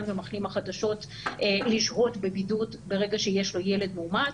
ומחלים החדשות לשהות בבידוד ברגע שיש לו ילד מאומת,